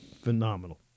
Phenomenal